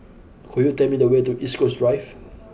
could you tell me the way to East Coast Drive